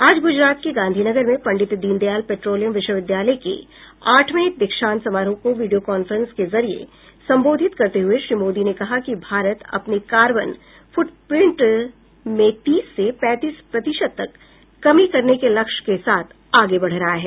आज गुजरात के गांधीनगर में पंडित दीन दयाल पेट्रोलियम विश्वविद्यालय के आठवें दीक्षान्त समारोह को वीडियो कांफ्रेंस के जरिये संबोधित करते हुए श्री मोदी ने कहा कि भारत अपने कार्बन फुटप्रिंट में तीस से पैंतीस प्रतिशत तक कमी करने के लक्ष्य के साथ आगे बढ़ रहा है